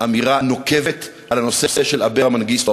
אמירה נוקבת על הנושא של אברה מנגיסטו,